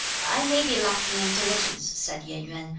i may be lacking in diligence, said yen yuen,